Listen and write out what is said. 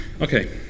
Okay